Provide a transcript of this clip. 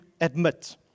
admit